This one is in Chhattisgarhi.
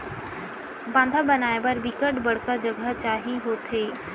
बांधा बनाय बर बिकट बड़का जघा चाही होथे